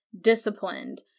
disciplined